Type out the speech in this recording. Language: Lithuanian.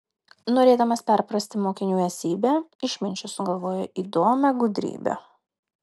norėdamas perprasti mokinių esybę išminčius sugalvojo įdomią gudrybę